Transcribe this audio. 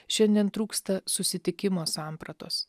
šiandien trūksta susitikimo sampratos